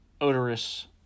odorous